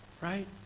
Right